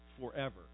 forever